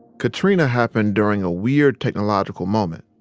katrina happened during a weird technological moment.